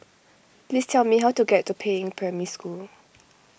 please tell me how to get to Peiying Primary School